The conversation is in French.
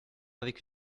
avec